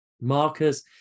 markers